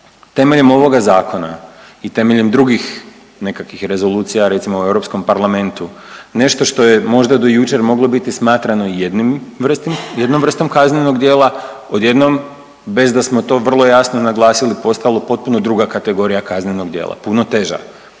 temeljem ovoga Zakona i temeljem nekakvih rezolucija recimo u Europskom parlamentu nešto što je možda do jučer moglo biti smatrano jednom vrstom kaznenog djela odjednom bez da smo to vrlo jasno naglasili postalo potpuno druga kategorija kaznenog djela puno teža?